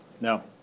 No